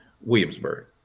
Williamsburg